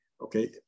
okay